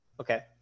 Okay